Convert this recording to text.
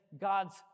God's